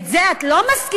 את זה את לא מזכירה.